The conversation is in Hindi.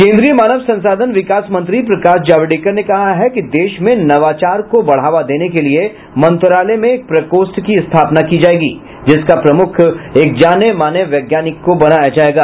केन्द्रीय मानव संसाधन विकास मंत्री प्रकाश जावड़ेकर ने कहा है कि देश में नवाचार को बढ़ावा देने के लिए मंत्रालय में एक प्रकोष्ठ की स्थापना की जाएगी जिसका प्रमुख एक जाने माने वैज्ञानिक को बनाया जाएगा